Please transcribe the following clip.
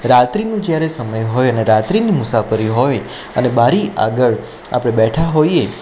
રાત્રીનું જ્યારે સમય હોય અને રાત્રીની મુસાફરી હોય અને બારી આગળ આપણે બેઠા હોઈએ